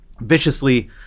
viciously